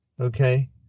okay